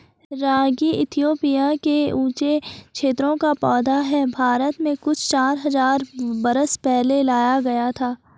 रागी Ethiopia के ऊँचे क्षेत्रों का पौधा है भारत में कुछ चार हज़ार बरस पहले लाया गया था